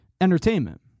entertainment